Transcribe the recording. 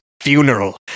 funeral